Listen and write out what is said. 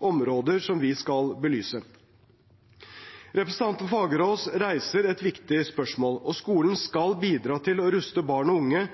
områdene som vi skal belyse. Representanten Fagerås reiser et viktig spørsmål, og skolen skal bidra til å ruste barn og unge